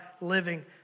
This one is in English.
living